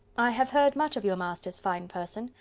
i have heard much of your master's fine person,